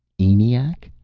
eniac?